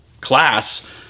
class